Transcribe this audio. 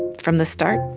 from the start,